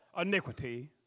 iniquity